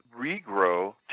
regrow